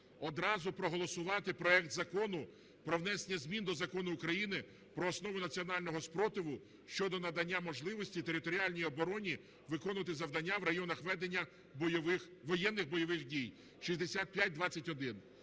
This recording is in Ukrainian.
одразу проголосувати проект Закону про внесення змін до Закону України "Про основи національного спротиву" щодо надання можливості територіальній обороні виконувати завдання в районах ведення воєнних (бойових) дій (6521).